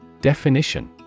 Definition